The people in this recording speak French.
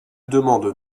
demande